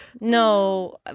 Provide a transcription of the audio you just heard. No